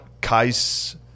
Kais